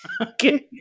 Okay